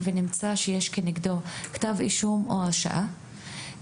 ונמצא שיש כנגדו כתב אישום או הרשעה.